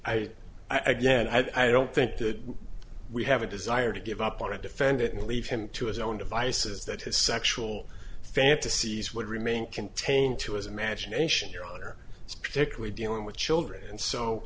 that i again i don't think that we have a desire to give up on a defendant and leave him to his own devices that his sexual fantasies would remain contained to his imagination your honor it's particularly dealing with children and so